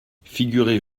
figurez